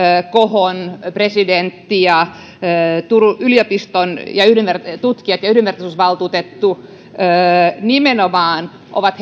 khon presidentti ja yliopistotutkijat ja yhdenvertaisuusvaltuutettu ovat